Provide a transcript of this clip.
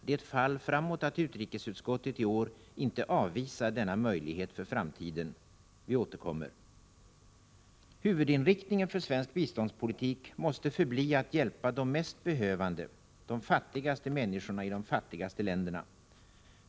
Det är ett fall framåt att utrikesutskottet i år inte avvisar denna möjlighet — Nr 120 för amtiden: Mi Aterkommer; ;;;| Onsdagen den Huvudinriktningen för svensk biståndspolitik måste förbli att hjälpa de 17 april 1985 mest behövande — de fattigaste människorna i de fattigaste länderna.